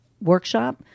workshop